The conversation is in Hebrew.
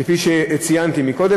כפי שציינתי קודם.